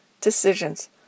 decisions